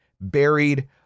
buried